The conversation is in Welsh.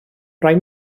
rai